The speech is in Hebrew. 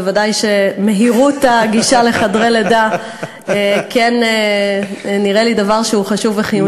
ודאי שמהירות הגישה לחדרי לידה נראית לי דבר חשוב וחיוני,